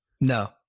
no